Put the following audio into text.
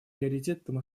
приоритетом